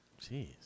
Jeez